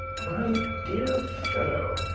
my dear fellow,